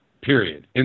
Period